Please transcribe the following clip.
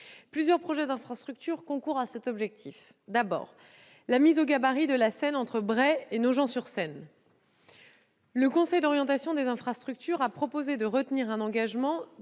Plusieurs projets d'infrastructures concourent à cet objectif. Tout d'abord, il s'agit de la mise au gabarit de la Seine entre Bray et Nogent-sur-Seine. Le Conseil d'orientation des infrastructures a proposé de retenir un engagement